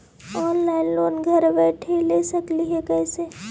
Online loan घर बैठे ले सकली हे, कैसे?